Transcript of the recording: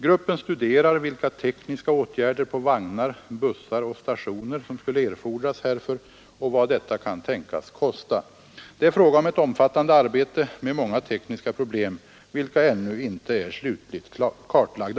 Gruppen studerar vilka tekniska åtgärder på vagnar, bussar och stationer, som skulle erfordras härför och vad detta kan tänkas kosta. Det är fråga om ett omfattande arbete med många tekniska problem, vilka ännu inte är slutligt kartlagda.